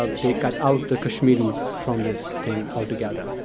ah they cut out the kashmiris from this thing altogether.